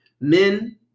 Men